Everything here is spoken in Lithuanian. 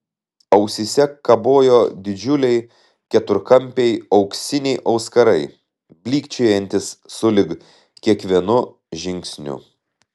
ausyse kabojo didžiuliai keturkampiai auksiniai auskarai blykčiojantys sulig kiekvienu žingsniu